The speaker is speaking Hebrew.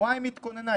שבועיים התכוננה,